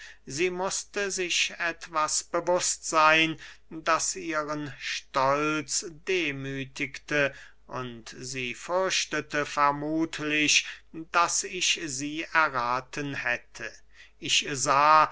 sie mußte sich etwas bewußt seyn das ihren stolz demüthigte und sie fürchtete vermuthlich daß ich sie errathen hätte ich sah